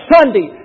Sunday